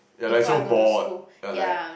you're like so bored you're like